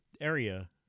area